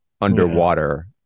underwater